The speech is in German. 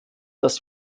dass